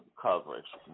coverage